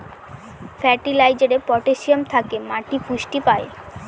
ফার্টিলাইজারে পটাসিয়াম থেকে মাটি পুষ্টি পায়